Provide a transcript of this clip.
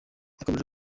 yakomeje